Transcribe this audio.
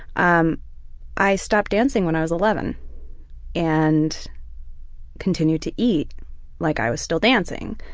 um i stopped dancing when i was eleven and continued to eat like i was still dancing,